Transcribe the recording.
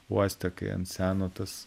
uoste kai ant seno tas